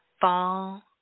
Fall